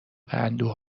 اندوه